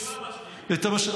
כשהכסף --- את כל המשקיעים.